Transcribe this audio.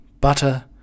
butter